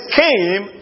came